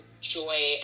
joy